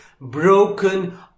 broken